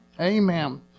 Amen